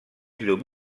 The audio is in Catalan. llum